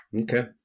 Okay